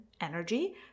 energy